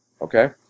Okay